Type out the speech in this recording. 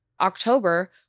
October